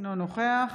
אינו נוכח